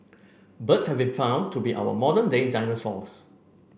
birds have been found to be our modern day dinosaurs